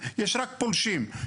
יש רק פולשים,